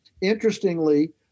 Interestingly